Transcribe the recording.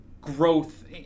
growth